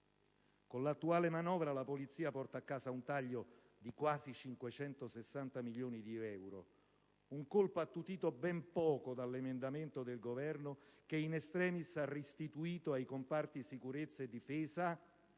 Con l'attuale manovra, la Polizia porta a casa un taglio di quasi 560 milioni di euro, un colpo attutito ben poco dall'emendamento del Governo che *in extremis* ha restituito ai comparti sicurezza e difesa